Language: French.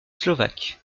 slovaque